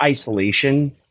isolation